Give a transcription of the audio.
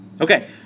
Okay